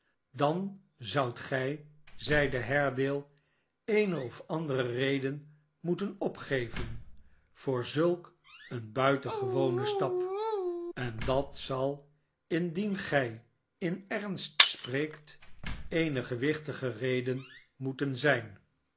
dan zoudt gij zeide haredale seene of andere reden moeten opgeven voor zulk een buitengewonen stap en dat zal indien gij in ernst spreekt eene gewichtige reden moeten zijn